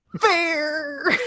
fair